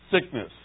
sickness